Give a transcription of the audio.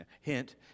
Hint